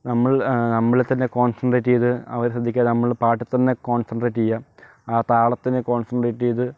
നമ്മൾ നമ്മളെ തന്നെ കോൺസെൻട്രേറ്റ് ചെയ്തു അവരെ ശ്രദ്ധിക്കാതെ നമ്മൾ പാട്ടിൽ തന്നെ കോൺസെൻട്രേറ്റ് ചെയ്യുക ആ താളത്തിൽ കോൺസെൻട്രേറ്റ് ചെയ്തു